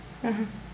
mmhmm